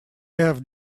have